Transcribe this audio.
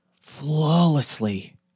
flawlessly